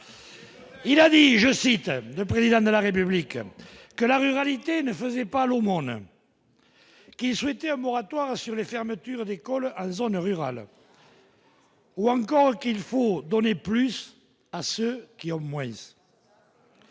Il a dit je cite le président de la République que la réalité ne faisait pas l'aumône, qui souhaitaient un moratoire sur les fermetures d'écoles, zones rurales. Ou encore qu'il faut donner plus à ceux qui en moyenne.